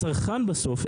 הצרכן בסוף,